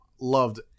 loved